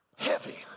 heavy